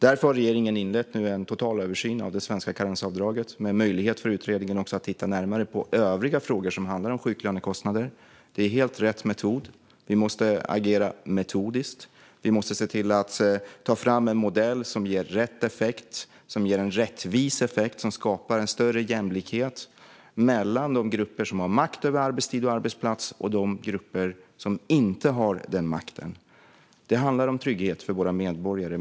Därför har regeringen nu inlett en total översyn av det svenska karensavdraget med möjlighet för utredningen att också titta närmare på övriga frågor som handlar om sjuklönekostnader. Det är helt rätt metod. Vi måste agera metodiskt. Vi måste se till att ta fram en modell som ger rätt effekt och som ger en rättvis effekt som skapar en större jämlikhet mellan de grupper som har makt över arbetstid och arbetsplats och de grupper som inte har den makten. Det handlar om trygghet för våra medborgare.